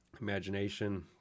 imagination